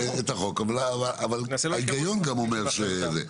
אני אישית לא מכיר את זה,